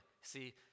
See